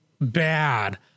bad